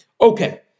Okay